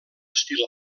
estil